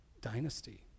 dynasty